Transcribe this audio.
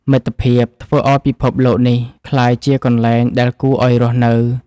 មិត្តភាពធ្វើឱ្យពិភពលោកនេះក្លាយជាកន្លែងដែលគួរឱ្យរស់នៅ។